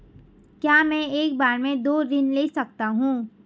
क्या मैं एक बार में दो ऋण ले सकता हूँ?